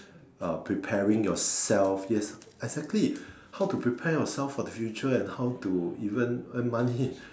uh preparing yourself yes exactly how to prepare yourself for the future and how to even earn money